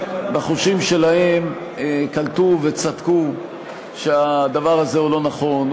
בחושים שלהם קלטו וצדקו שהדבר הוא לא נכון,